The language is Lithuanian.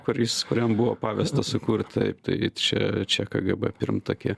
kur jis kuriam buvo pavesta sukurt taip tai čia čia kgb pirmtakė